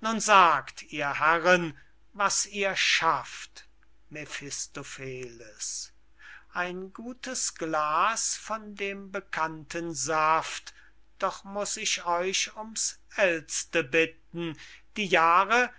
nun sagt ihr herren was ihr schafft mephistopheles ein gutes glas von dem bekannten saft doch muß ich euch um's ält'ste bitten die jahre